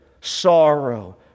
sorrow